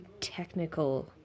technical